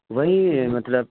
وہی مطلب